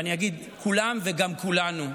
אני אגיד: כולם וגם כולנו.